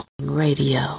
Radio